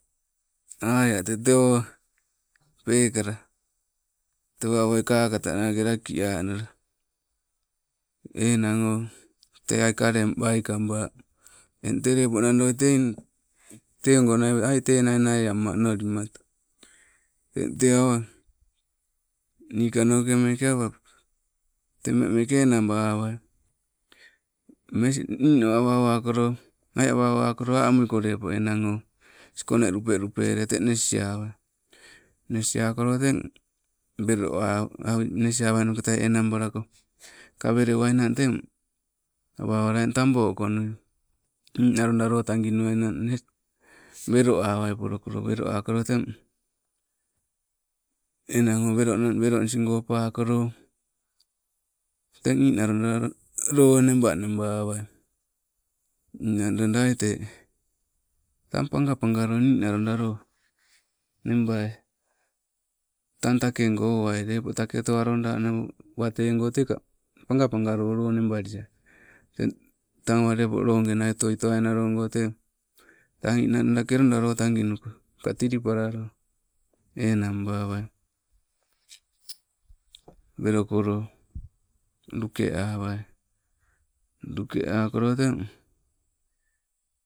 Aia tete o peekala tewoi awoi kakatanake lakianala. Enang o te ang kaleng waikaba, eng tee lepo nandoi teing, tenai nai naiama onolimato, tete awa, nikanoke meke awa, taba meeke enang bawai, mes ninawa gawakolo, aii awa owakolo a aniiligo lepo enang o, sikone lupe lupele te nes awai. Nes akolo teng, beloa aii nes awainoketai enamba lako kauleleuwai nang teng, awa oula eng taboo konuing, ninaloda loo taginuainan, ness. Weloawai polokolo, weloako lo tang, enang o welonu welonisgo uka akolo teng niinaloda loo neba nebawai. Ninang loida aitee, tang panga pangolo ninna loida loo, bebai tang takego owai leppo take otoalodano wateego tekaa pagapagalo loo nebaliai. Teng tang awa lepo logenai otoi tomai nalogo tee, tang niinang kellodaloo taginukoo makaa tilipla loo, enang bawai, welokolo luke awai, luke akolo teng.